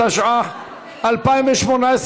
התשע"ח 2018,